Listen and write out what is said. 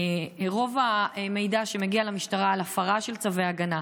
רוב המידע שמגיע למשטרה על הפרה של צווי הגנה,